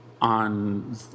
on